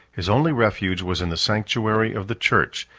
his only refuge was in the sanctuary of the church,